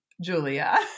julia